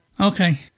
Okay